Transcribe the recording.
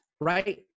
right